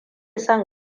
son